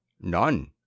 None